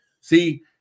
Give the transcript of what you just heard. See